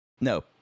No